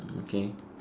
okay